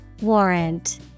Warrant